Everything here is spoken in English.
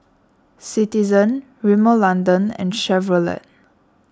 Citizen Rimmel London and Chevrolet